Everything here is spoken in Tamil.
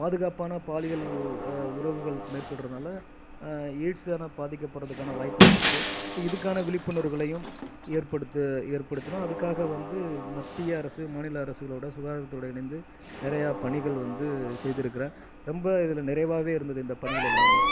பாதுக்காப்பான பாலியல் உறவுகள் மேற்கொள்ளுறதுனால எயிட்ஸால் பாதிக்கப்படுறதுக்கான வாய்ப்புகள் இருக்கு ஸோ இதுக்கான விழிப்புணர்வுகளையும் ஏற்படுத்த ஏற்படுத்தினா அதுக்காக வந்து மத்திய அரசு மாநில அரசுகளோட சுகாதாரத்தோட இணைந்து நிறையா பணிகள் வந்து செய்துருக்கிறன் ரொம்ப இதில் நிறைவாகவே இருந்தது இந்த பணிகள் எல்லாம்